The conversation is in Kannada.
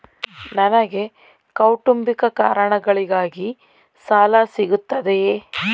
ನನಗೆ ಕೌಟುಂಬಿಕ ಕಾರಣಗಳಿಗಾಗಿ ಸಾಲ ಸಿಗುತ್ತದೆಯೇ?